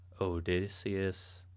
Odysseus